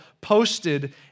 posted